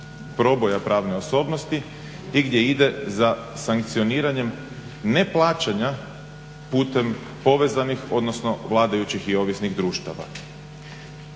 proboja pravne osobnosti i gdje ide za sankcioniranjem neplaćanja putem povezanih odnosno vladajućih i ovisnih društava.